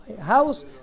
house